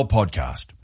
Podcast